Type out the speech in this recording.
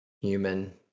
Human